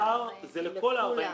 השכר הוא לכל ההורים.